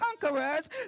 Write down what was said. conquerors